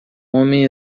homem